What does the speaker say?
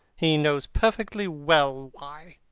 he knows perfectly well why.